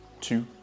two